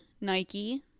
Nike